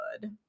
good